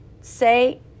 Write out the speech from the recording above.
say